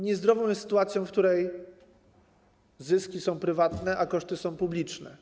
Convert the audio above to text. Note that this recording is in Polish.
Niezdrowa jest sytuacja, w której zyski są prywatne, a koszty są publiczne.